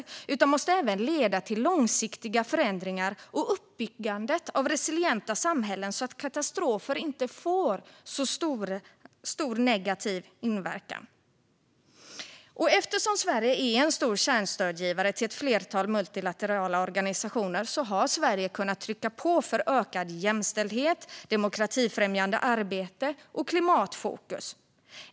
Det måste även leda till långsiktiga förändringar och uppbyggandet av motståndskraftiga samhällen så att katastrofer inte får så stor negativ inverkan. Eftersom Sverige är en stor kärnstödsgivare till ett flertal multilaterala organisationer har Sverige kunnat trycka på för ökad jämställdhet, demokratifrämjande arbete och klimatfokus.